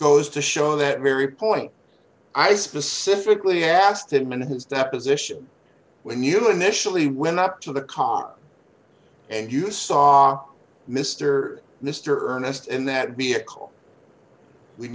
goes to show that very point i specifically asked him and his deposition when you initially went up to the car and you saw mr mr ernest in that vehicle